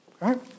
right